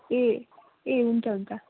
ए ए हुन्छ हुन्छ